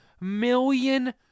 million